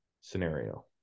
scenario